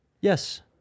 Yes